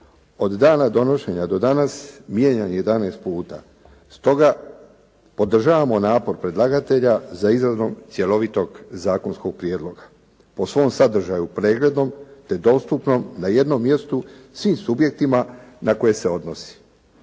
od dana donošenja do danas mijenjan 11 puta. Stoga podržavamo napor predlagatelja za izradom cjelovitog zakonskog prijedloga, po svom sadržaju preglednom te dostupnom na jednom mjestu svim subjektima na koje se odnosi.